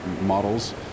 models